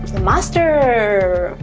the master!